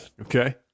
Okay